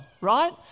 right